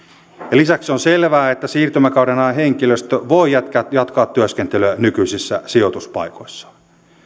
lisäksi on selvää että siirtymäkaudella henkilöstö voi jatkaa jatkaa työskentelyä nykyisissä sijoituspaikoissaan